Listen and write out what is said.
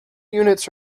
units